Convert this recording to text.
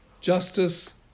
justice